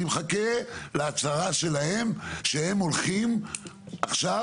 אני מחכה להצהרה שלהם שהם הולכים עכשיו